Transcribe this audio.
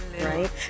right